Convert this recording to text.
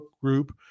group